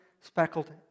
speckled